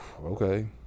okay